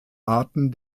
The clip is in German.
arten